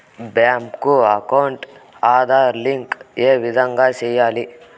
Bank account Aadhaar link ఏ విధంగా సెయ్యాలి?